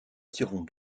tirant